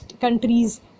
countries